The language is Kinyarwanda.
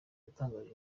yatangarije